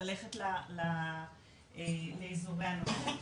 ללכת לאזורי הנוחות,